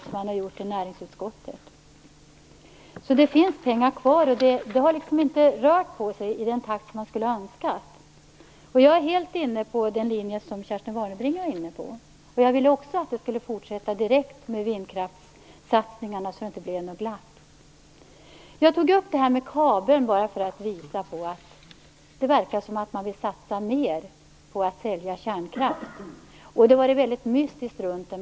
Jag har näringsutskottets rapport här. Det finns alltså pengar kvar. Det har liksom inte rört på sig i den takt som man hade önskat. Jag är helt inne på samma linje som Kerstin Warnerbring, och jag vill också att vi skall fortsätta direkt med vindkraftssatsningarna så att det inte blir något glapp. Jag tog upp det här med kabeln bara för att visa att det verkar som att man vill satsa mer på att sälja kärnkraft. Det var väldigt mystiskt runt det här.